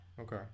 Okay